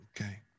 okay